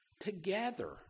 together